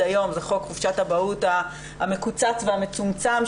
היום זה חוק חופשת אבהות המקוצץ והמצומצם,